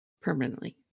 permanently